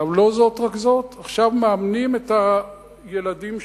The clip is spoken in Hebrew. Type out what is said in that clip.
לא רק זה, עכשיו מאמנים את הילדים שלנו,